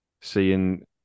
seeing